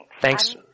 Thanks